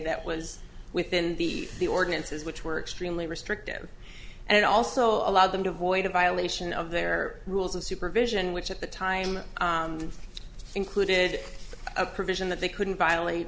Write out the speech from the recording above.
that was within the the ordinances which were extremely restrictive and also allowed them to avoid a violation of their rules of supervision which at the time included a provision that they couldn't violate